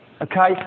Okay